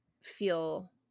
feel